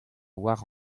oar